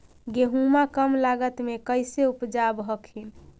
गेहुमा कम लागत मे कैसे उपजाब हखिन?